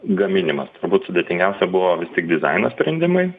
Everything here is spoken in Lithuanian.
gaminimas turbūt sudėtingiausia buvo vis tik dizaino sprendimai